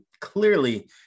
clearly